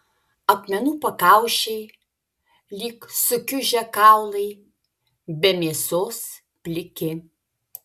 akmenų pakaušiai lyg sukiužę kaulai be mėsos pliki